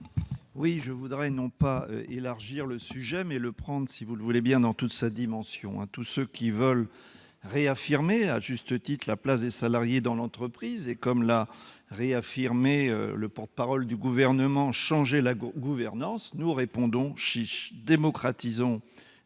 je voudrais non pas élargir le sujet, mais le prendre dans toute sa dimension. À tous ceux qui veulent réaffirmer, à juste titre, la place des salariés dans l'entreprise et, comme l'a réaffirmé le porte-parole du Gouvernement, changer la gouvernance, nous répondons : Chiche ! Démocratisons les entreprises,